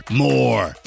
more